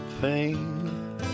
pain